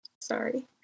Sorry